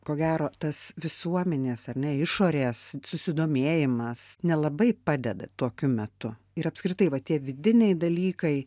ko gero tas visuomenės ar ne išorės susidomėjimas nelabai padeda tokiu metu ir apskritai va tie vidiniai dalykai